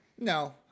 No